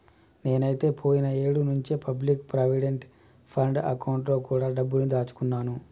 నేనైతే పోయిన ఏడు నుంచే పబ్లిక్ ప్రావిడెంట్ ఫండ్ అకౌంట్ లో కూడా డబ్బుని దాచుకున్నాను